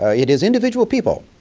it is individual people